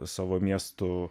savo miestu